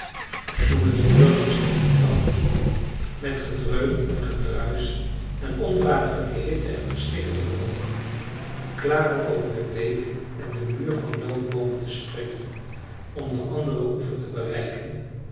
toen het vuur langs de helling kwam met gedreun en gedruisch en ondragelijke hitte en verstikkende rook klaar om over de beek en den muur van loofboomen te springen om den anderen oever te bereiken